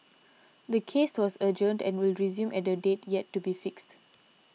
the case was adjourned and will resume at a date yet to be fixed